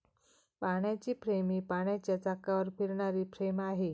पाण्याची फ्रेम ही पाण्याच्या चाकावर फिरणारी फ्रेम आहे